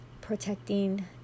protecting